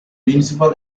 municipal